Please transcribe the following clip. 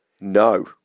no